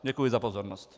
Děkuji za pozornost.